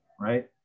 right